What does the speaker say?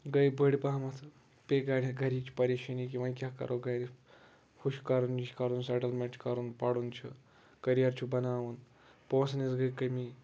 گے بٔڑۍ پَہمتھ پییہِ گرِچ پریشٲنی کہِ وَنۍ کیاہ کرو گرِ ہُہ چھُ کرُن یہِ چھُ کَرُن سیٹلمینٛٹ چھُٕ کرُن پَرُن چھُ کٔریر چھُ بَناوُن پونٛسَن ۂنٛزۍ گے کٔمی